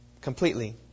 completely